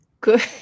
good